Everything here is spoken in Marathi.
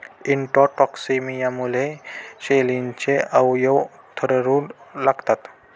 इंट्राटॉक्सिमियामुळे शेळ्यांचे अवयव थरथरू लागतात